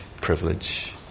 privilege